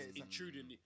intruding